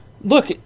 look